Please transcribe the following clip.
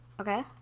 Okay